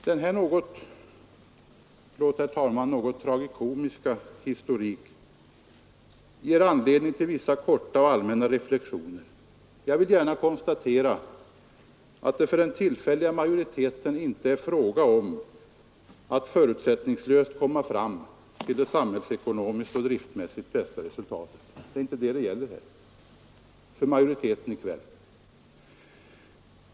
Denna något — förlåt, herr talman — tragikomiska historik ger anledning till vissa korta och allmänna reflexioner. Jag vill gärna konstatera att det för den tillfälliga majoriteten inte är fråga om att förutsättningslöst komma fram till det samhällsekonomiskt och driftmässigt bästa resultatet. Det är inte det saken gäller för majoriteten i kväll.